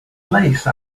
lace